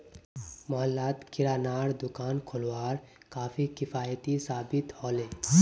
मोहल्लात किरानार दुकान खोलवार काफी किफ़ायती साबित ह ले